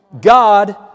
God